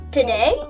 Today